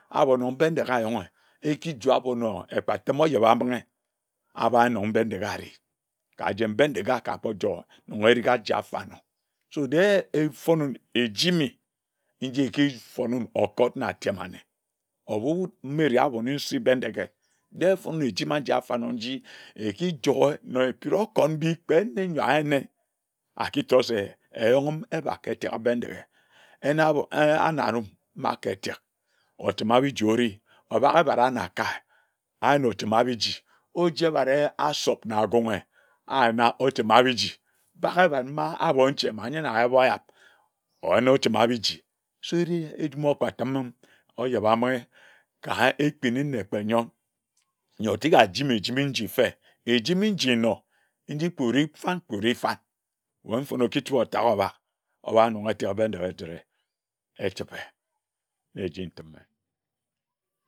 Abonor Bendeghe ayoghe ekijoer abor nor ekpatim ojebambinghi abanor Bendeghe areh kajen Bendeghe akapor joer nyor erika aja afanor so de efomin ejimi nji efonin okod na atema anne obuwud mme ede abone nsi Bendeghe de efone ejima njia afanor nji ekihjoer na ekid okod mbi kpe ene nne ayina aktor se eyongim eba ka eteke Bendeghe, eneabor eehe anarum mma ka etek, ochima biji ore, obak ebare ana kai ayin ochima biji oji ebare asop na agunghe ayina ochima bi-ji. Bak ebare ma abor nchema mme nyina abor amayak oyino ochima biji, siri oyin njum ekpatime ojebambinghi ka ekpini nne kpe nyon nyor tika ajimi njimi nyi mfe, ejimi nji enor nj kpe ore fañ kpe ore far wae mfone okitu otak oba obanonghe ka Bendeghe deghe echibe, na eji ntime